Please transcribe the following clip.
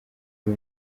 uyu